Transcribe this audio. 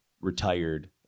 retired